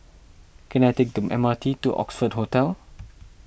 can I take the M R T to Oxford Hotel